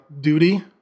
duty